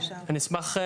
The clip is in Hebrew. אני אשמח,